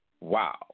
Wow